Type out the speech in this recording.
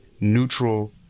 neutral